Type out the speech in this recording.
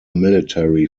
military